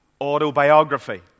autobiography